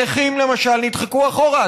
הנכים, למשל, נדחקו אחורה.